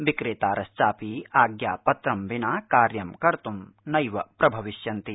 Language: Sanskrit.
विक्रत्तिरश्चापि आज्ञापत्रं विना कार्यं कर्तुं नैव प्रभविष्यन्ति